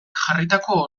jarritako